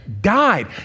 died